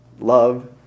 love